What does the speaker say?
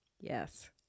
Yes